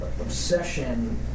obsession